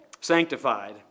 Sanctified